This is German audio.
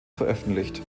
veröffentlicht